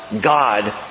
God